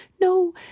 no